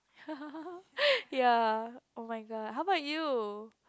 ya oh-my-god how about you